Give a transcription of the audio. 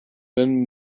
man